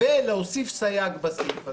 ולהוסיף סייג בסעיף הזה,